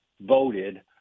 voted